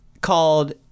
called